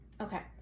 Okay